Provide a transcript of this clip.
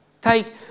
Take